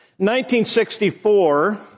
1964